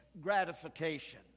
gratification